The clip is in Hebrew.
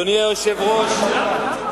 אדוני היושב-ראש,